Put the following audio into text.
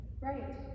Right